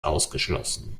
ausgeschlossen